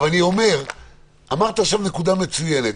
אמרת עכשיו נקודה מצוינת.